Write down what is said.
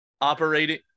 Operating